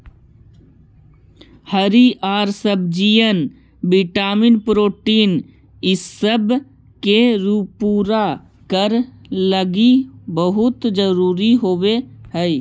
हरीअर सब्जियन vitamin protein ईसब के पूरा करे लागी बहुत जरूरी होब हई